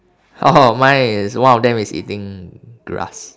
mine is one of them is eating grass